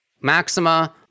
Maxima